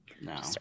No